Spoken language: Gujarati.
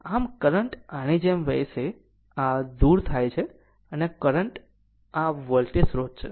આમ કરંટ આની જેમ વહેશે આ દૂર થાય છે અને આ વોલ્ટેજ સ્રોત છે